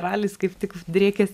ralis kaip tik driekias